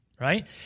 Right